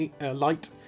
Light